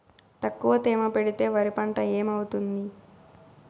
తక్కువ తేమ పెడితే వరి పంట ఏమవుతుంది